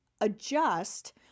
adjust